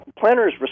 Planners